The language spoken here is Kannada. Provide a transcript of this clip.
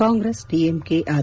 ಕಾಂಗ್ರೆಸ್ ಡಿಎಂಕೆ ಆರ್